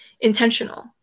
intentional